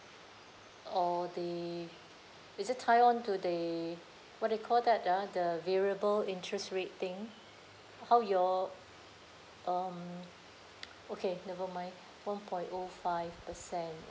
uh the is it tie on to the what they call that ah the variable interest rate thing how your um okay nevermind one point O five percent